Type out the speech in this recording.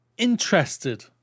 Interested